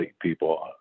people